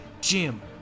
Jim